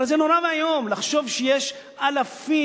הרי זה נורא ואיום לחשוב שיש אלפים.